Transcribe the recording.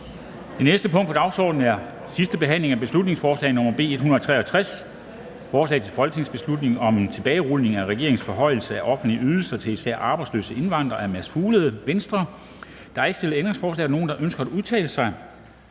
Det næste punkt på dagsordenen er: 6) 2. (sidste) behandling af beslutningsforslag nr. B 163: Forslag til folketingsbeslutning om en tilbagerulning af regeringens forhøjelse af offentlige ydelser til især arbejdsløse indvandrere. Af Mads Fuglede (V) m.fl. (Fremsættelse 01.03.2022. 1. behandling